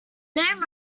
name